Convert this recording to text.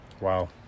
Wow